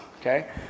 okay